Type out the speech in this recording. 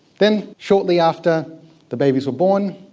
then shortly after the babies were born,